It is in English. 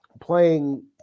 playing